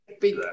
big